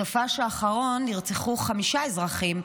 בסופ"ש האחרון נרצחו חמישה אזרחים,